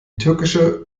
türkische